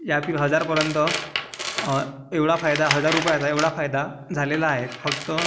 या फिर हजारपर्यंत एवढा फायदा हजार रुपयाचा एवढा फायदा झालेला आहेत फक्त